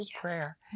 prayer